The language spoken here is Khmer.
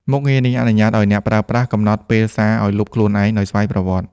មុខងារនេះអនុញ្ញាតឲ្យអ្នកប្រើប្រាស់ កំណត់ពេលសារឲ្យលុបខ្លួនឯងដោយស្វ័យប្រវត្តិ។